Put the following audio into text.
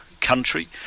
country